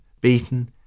beaten